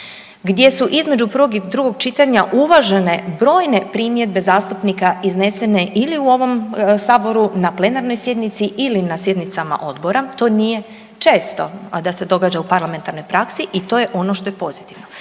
gdje su između prvog i drugog čitanja uvažene brojne primjedbe zastupnika iznesene ili u ovom Saboru na plenarnoj sjednici, ili na sjednicama odbora. To nije često a da se događa u parlamentarnoj praksi i to je ono što je pozitivno.